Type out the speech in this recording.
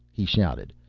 he shouted,